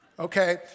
Okay